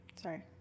Sorry